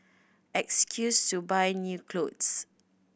excuse to buy new clothes